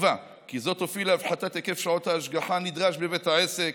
בתקווה כי זה יוביל להפחתת היקף שעות ההשגחה הנדרש בבית העסק,